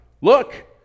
look